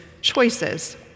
choices